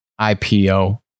IPO